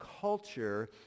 culture